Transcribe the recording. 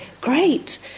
Great